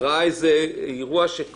אחרי שכבר כנראה הביאו אותו והוא אמר לכם,